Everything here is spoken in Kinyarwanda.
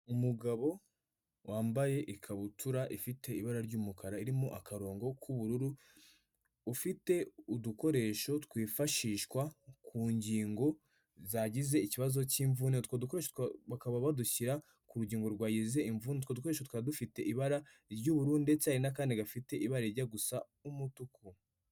Umugabo wambaye ikabutura ifite ibara ry'umukara irimo akarongo k'ubururu, ufite udukoresho twifashishwa ku ngingo zagize ikibazo cy'imvune. Utwo dukoresho bakaba badushyira ku rugingo rwagize imvune. Utwo dukoresho tukaba dufite ibara ry'ubururu ndetse hari n'akandi gafite ibara rijya gusa umutuku.